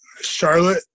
Charlotte